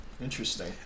interesting